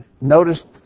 noticed